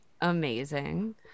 amazing